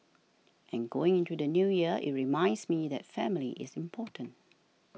and going into the New Year it reminds me that family is important